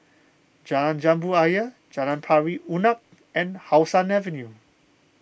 Jalan Jambu Ayer Jalan Pari Unak and How Sun Avenue